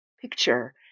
picture